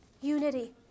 unity